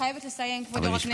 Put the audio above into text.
אני חייבת לסיים, כבוד היו"ר.